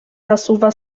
nasuwa